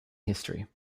history